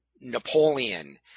Napoleon